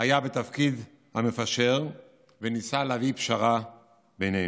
היה בתפקיד המפשר וניסה להביא פשרה בינינו.